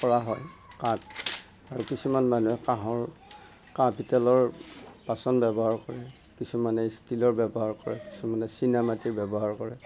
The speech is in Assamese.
কৰা হয় কাপ আৰু কিছুমান মানুহে কাঁহৰ কাঁহ পিতলৰ বাচন ব্যৱহাৰ কৰে কিছুমানে ষ্টিলৰ ব্যৱহাৰ কৰে কিছুমানে চিনা মাটিৰ ব্যৱহাৰ কৰে